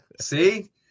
see